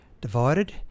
divided